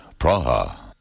Praha